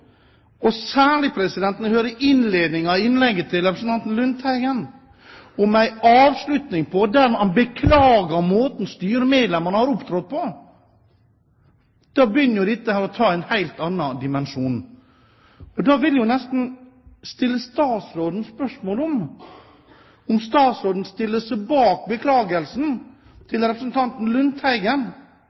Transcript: Og særlig når jeg hører innledningen i innlegget til representanten Lundteigen og en avslutning der han beklager måten styremedlemmene har opptrådt på, begynner dette å få en helt annen dimensjon. Jeg må nesten stille statsråden spørsmål om han stiller seg bak beklagelsen til representanten Lundteigen,